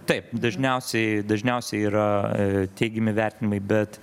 taip dažniausiai dažniausiai yra teigiami vertinimai bet